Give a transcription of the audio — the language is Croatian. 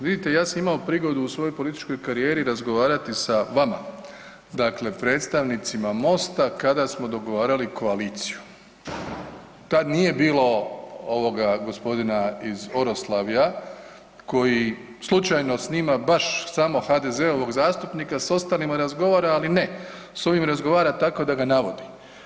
Vidite ja sam imao prigodu u svojoj političkoj karijeri razgovarati sa vama, dakle predstavnicima MOST-a kada smo dogovarali koaliciju, tad nije bilo ovoga gospodina iz Oroslavja koji slučajno snima baš samo HDZ-ovog zastupnika, s ostalima razgovara, ali ne s ovim razgovara tako da ga navodi.